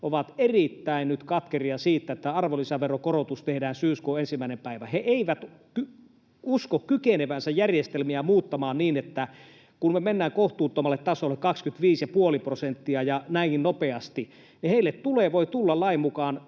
nyt erittäin katkeria siitä, että arvonlisäveron korotus tehdään syyskuun 1. päivä. He eivät usko kykenevänsä muuttamaan järjestelmiä niin, kun me mennään kohtuuttomalle tasolle, 25,5 prosenttiin, näinkin nopeasti. Heille voi tulla lain mukaan